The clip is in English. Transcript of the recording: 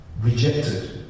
rejected